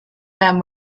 them